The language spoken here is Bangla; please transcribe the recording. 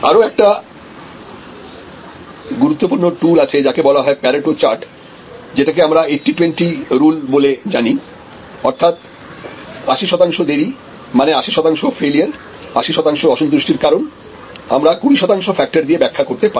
আরো একটা গুরুত্বপূর্ণ টুল আছে যাকে বলা হচ্ছে প্যারেটো চার্ট যেটাকে আমরা 8020 রুল বলে জানি অর্থাৎ 80 শতাংশ দেরী মানে 80 শতাংশ ফেলিওর 80 শতাংশ অসন্তুষ্টির কারণ আমরা কুড়ি শতাংশ ফ্যাক্টর দিয়ে ব্যাখ্যা করতে পারি